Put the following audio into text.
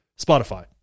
Spotify